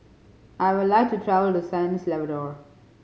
I would like to travel to San Salvador